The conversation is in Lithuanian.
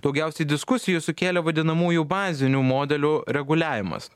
daugiausiai diskusijų sukėlė vadinamųjų bazinių modelių reguliavimas